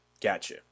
Gotcha